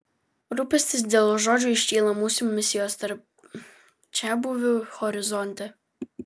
rūpestis dėl žodžio iškyla mūsų misijos tarp čiabuvių horizonte